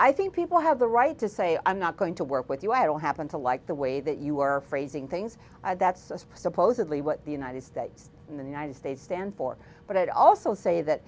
i think people have the right to say i'm not going to work with you i don't happen to like the way that you are phrasing things that's supposedly what the united states and the united states stand for but i'd also say that